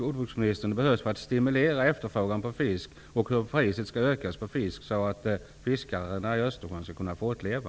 Östersjön skall kunna fortleva?